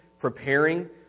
preparing